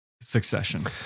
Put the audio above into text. succession